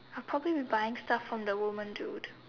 I'll probably be buying stuff from the woman dude